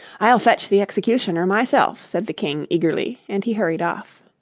i'll fetch the executioner myself said the king eagerly, and he hurried off.